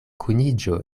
kuniĝo